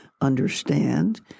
understand